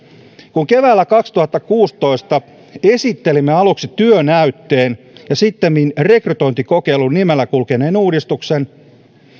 kun keväällä kaksituhattakuusitoista esittelimme aluksi työnäytteen ja sittemmin rekrytointikokeilun nimellä kulkeneen uudistuksen